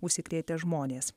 užsikrėtę žmonės